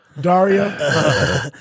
Daria